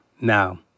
now